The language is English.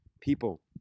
people